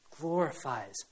glorifies